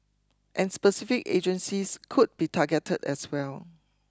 and specific agencies could be targeted as well